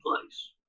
place